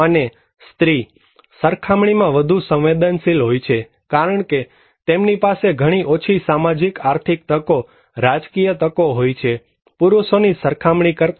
અને સ્ત્રી સરખામણીમાં વધુ સંવેદનશીલ હોય છે કારણકે તેમની પાસે ઘણી ઓછી સામાજિક આર્થિક તકો રાજકીય તકો હોય છે પુરુષની સરખામણી કરતા